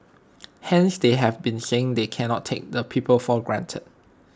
hence they have been saying they cannot take the people for granted